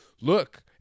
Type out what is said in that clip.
look